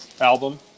album